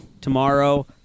Tomorrow